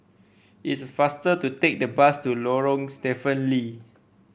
it's faster to take the bus to Lorong Stephen Lee